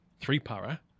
three-para